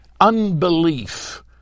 unbelief